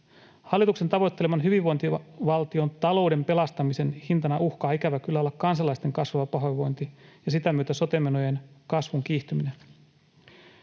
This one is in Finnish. Hallituksen tavoitteleman hyvinvointivaltion talouden pelastamisen hintana uhkaa ikävä kyllä olla kansalaisten kasvava pahoinvointi ja sitä myötä sote-menojen kasvun kiihtyminen.